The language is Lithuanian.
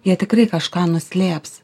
jie tikrai kažką nuslėps